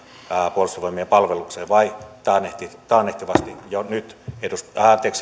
puolustusvoimien palvelukseen vai koskemaan taannehtivasti jo nyt